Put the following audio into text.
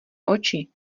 oči